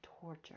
torture